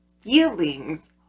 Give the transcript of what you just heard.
feelings